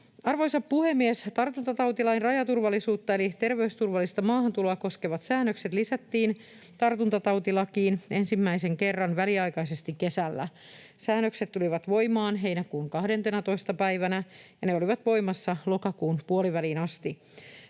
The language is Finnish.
Arvoisa puhemies! Tartuntatautilain rajaturvallisuutta eli terveysturvallista maahantuloa koskevat säännökset lisättiin tartuntatautilakiin ensimmäinen kerran väliaikaisesti kesällä. Säännökset tulivat voimaan heinäkuun 12. päivänä, ja ne olivat voimassa lokakuun puoliväliin asti.